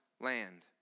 land